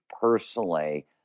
personally